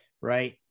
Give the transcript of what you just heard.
right